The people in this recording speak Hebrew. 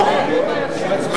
להצביע אלקטרוני.